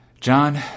John